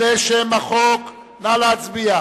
חנא סוייד,